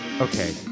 Okay